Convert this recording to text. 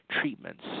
treatments